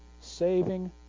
saving